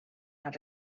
had